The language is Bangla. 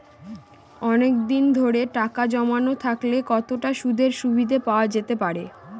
অনেকদিন ধরে টাকা জমানো থাকলে কতটা সুদের সুবিধে পাওয়া যেতে পারে?